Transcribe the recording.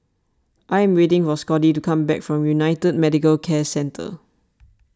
I am waiting for Scottie to come back from United Medicare Centre